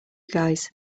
guys